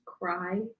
Cry